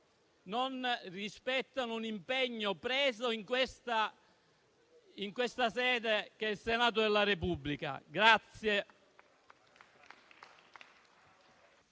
non rispettano un impegno preso in questa sede, che è il Senato della Repubblica.